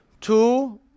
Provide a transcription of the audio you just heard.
Two